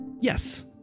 Yes